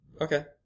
Okay